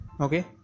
okay